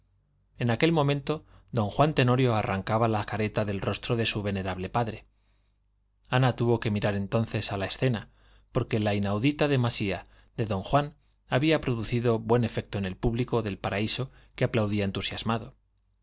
en aquel momento don juan tenorio arrancaba la careta del rostro de su venerable padre ana tuvo que mirar entonces a la escena porque la inaudita demasía de don juan había producido buen efecto en el público del paraíso que aplaudía entusiasmado